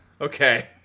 Okay